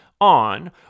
on